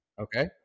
Okay